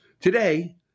Today